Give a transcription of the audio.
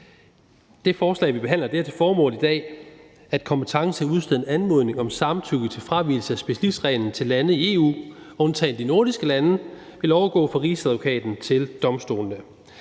10. Forslaget har til formål, at kompetencen til at udstede en anmodning om samtykke til fravigelse af specialitetsreglen for lande i EU undtagen de nordiske lande skal overgå fra Rigsadvokaten til domstolene.